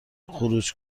خروج